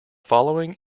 following